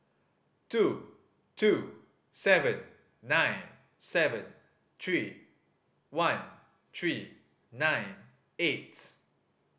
two two seven nine seven three one three nine eight